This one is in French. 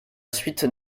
suite